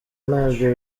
nabyo